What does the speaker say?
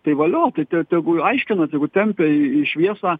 tai valio tai te tegu aiškinasi tegu tempia į į šviesą